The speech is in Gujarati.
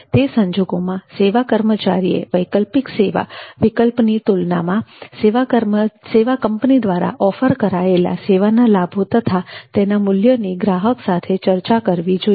તે સંજોગોમાં સેવા કર્મચારીએ વૈકલ્પિક સેવા વિકલ્પની તુલનામાં સેવા કંપની દ્વારા ઓફર કરાયેલા સેવાના લાભો તથા તેના મૂલ્યની ગ્રાહક સાથે ચર્ચા કરવી જોઈએ